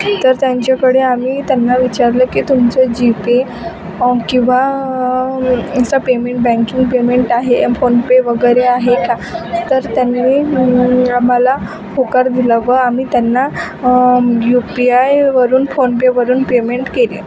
तर त्यांच्याकडे आम्ही त्यांना विचारलं की तुमचं जीपे किंवा इन्स्टा पेमेंट बँकिंग पेमेंट आहे फोनपे वगैरे आहे का तर त्यांनी आम्हाला होकार दिला व आम्ही त्यांना यु पी आयवरून फोनपेवरून पेमेंट केले